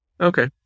Okay